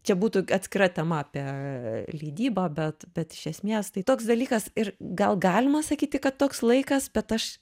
čia būtų atskira tema apie leidybą bet bet iš esmės tai toks dalykas ir gal galima sakyti kad toks laikas bet aš